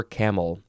camel